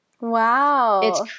Wow